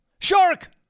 Shark